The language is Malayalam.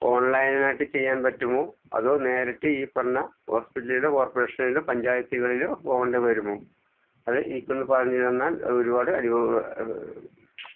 ഓൺലൈനായിട്ടു ചെയ്യാൻ പറ്റുമോ അതോ നേരിട്ട് ഈ പറഞ്ഞ ഹോസ്പിറ്റലിലോ കോർപ്പറേഷനിലോ പഞ്ചായത്തകളിലോ പോകണ്ടിവരുമോ അത് എനിക്കൊന്നു പറഞ്ഞുതന്നാൽ ഒരുപാട്